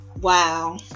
Wow